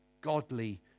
godly